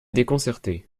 déconcerté